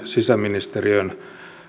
sisäministeriön